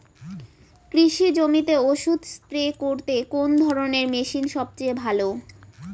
কৃষি জমিতে ওষুধ স্প্রে করতে কোন ধরণের মেশিন সবচেয়ে ভালো?